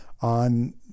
on